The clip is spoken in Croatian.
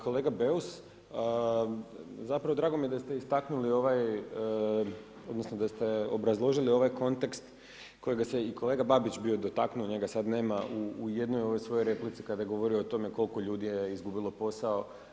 Kolega Beus, zapravo drago mi je da ste istaknuli ovaj, odnosno da ste obrazložili ovaj kontekst kojega se i kolega Babić bio dotaknuo, njega sad nema, u jednoj svojoj replici kada je govorio o tome koliko je ljudi izgubilo posao.